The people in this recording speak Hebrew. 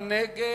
מי נגד?